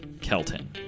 Kelton